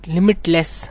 Limitless